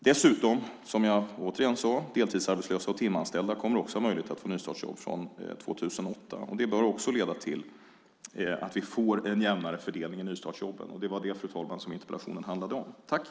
Dessutom kommer, som jag sade, deltidsarbetslösa och timanställda att ha möjlighet att få nystartsjobb från 2008. Det bör också leda till att vi får en jämnare fördelning av nystartsjobben. Det var det som interpellationen handlade om, fru talman.